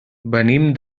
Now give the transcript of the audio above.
venim